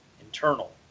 internal